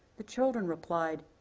the children replied,